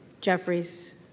Jeffries